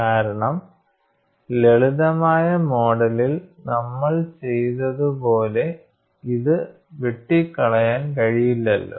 കാരണം ലളിതമായ മോഡലിൽ നമ്മൾ ചെയ്തതു പോലെ ഇത് വെട്ടിക്കളയാൻ കഴിയില്ലലോ